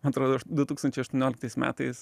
atrodo du tūkstančiai aštuonioliktais metais